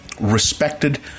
respected